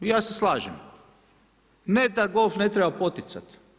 Ja se slažem ne da golf ne treba poticati.